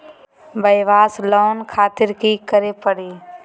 वयवसाय लोन खातिर की करे परी?